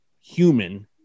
human